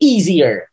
Easier